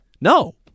No